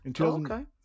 okay